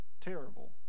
terrible